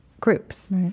groups